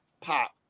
pop